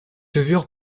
levure